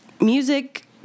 music